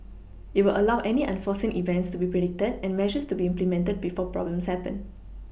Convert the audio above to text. it will allow any unforeseen events to be predicted and measures to be implemented before problems happen